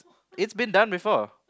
it's been done before